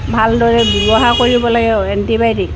ভালদৰে ব্যৱহাৰ কৰিব লাগে এণ্টিবায়'টিক